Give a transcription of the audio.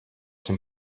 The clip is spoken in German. den